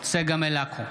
צגה מלקו,